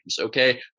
okay